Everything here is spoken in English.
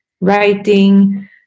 writing